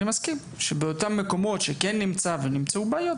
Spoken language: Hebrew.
אני מסכים שבאותם מקומות שכן נמצאו בעיות,